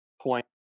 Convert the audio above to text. point